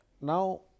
now